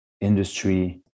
industry